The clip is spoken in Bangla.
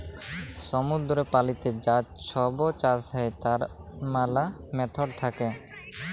সমুদ্দুরের পলিতে যা ছব চাষ হ্যয় তার ম্যালা ম্যাথড থ্যাকে